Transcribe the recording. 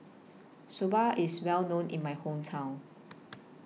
Soba IS Well known in My Hometown